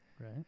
Right